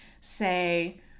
say